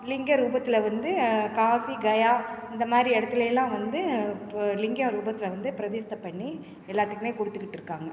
லிங்க ரூபத்தில் வந்து காசி கயா அந்தமாதிரி இடத்துலைலாம் வந்து பு லிங்கம் ரூபத்துல வந்து பிரதிஷ்டைப் பண்ணி எல்லாத்துக்குமே கொடுத்துக்கிட்ருக்காங்க